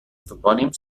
topònims